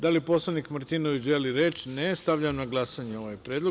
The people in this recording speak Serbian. Da li poslanik Martinović želi reč? (Ne.) Stavljam na glasanje ovaj predlog.